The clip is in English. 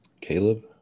Caleb